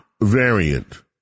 variant